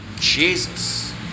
Jesus